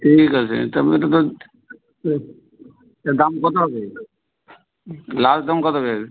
ঠিক আছে এটার মধ্যে তো এ এর দাম কতো হবে লাস্ট দাম কতো হবে